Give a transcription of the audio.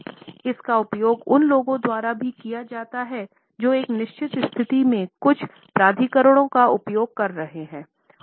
I इस का उपयोग उन लोगों द्वारा भी किया जाता है जो एक निश्चित स्थिति में कुछ प्राधिकरणों का उपयोग कर रहे हैं